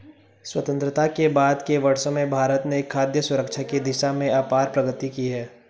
स्वतंत्रता के बाद के वर्षों में भारत ने खाद्य सुरक्षा की दिशा में अपार प्रगति की है